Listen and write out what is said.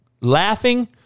laughing